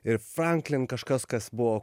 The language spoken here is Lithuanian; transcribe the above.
ir franklin kažkas kas buvo